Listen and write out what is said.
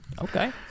Okay